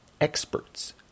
experts